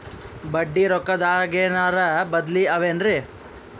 ಬಡ್ಡಿ ರೊಕ್ಕದಾಗೇನರ ಬದ್ಲೀ ಅವೇನ್ರಿ?